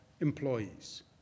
employees